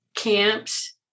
Camps